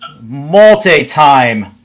multi-time